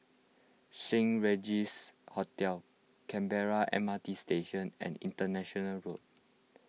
Saint Regis Hotel Canberra M R T Station and International Road